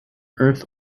earth